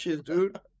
dude